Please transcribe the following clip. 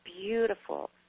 beautiful